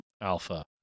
Alpha